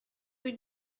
rue